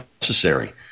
necessary